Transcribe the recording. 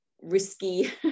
risky